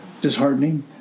disheartening